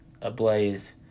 ablaze